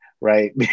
right